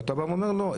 ואתה בא ואומר: לא,